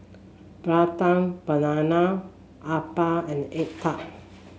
Prata Banana Appam and egg tart